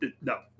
no